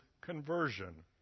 conversion